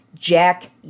Jack